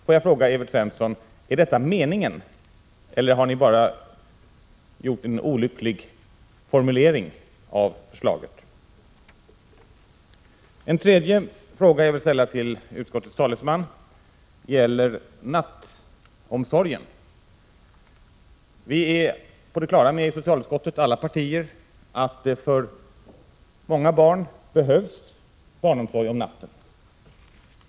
Får jag fråga Evert Svensson: Är detta meningen, eller har ni bara gjort en olycklig formulering av förslaget? En tredje fråga som jag skulle vilja ställa till utskottets talesman gäller nattomsorgen. Alla partier i socialutskottet är på det klara med att för många barn behövs barnomsorg om natten.